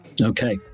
Okay